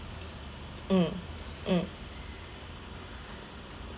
mm mm